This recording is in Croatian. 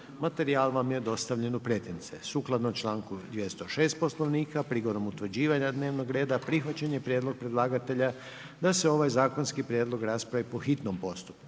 Materijal je dostavljen svima u pretince. Sukladno članku 206. Poslovnika prigodom utvrđivanja dnevnog reda prihvaćen je prijedlog predlagatelja da se ovaj zakonski prijedlog raspravi po hitnom postupku,